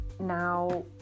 Now